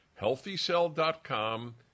HealthyCell.com